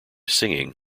singing